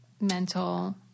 Mental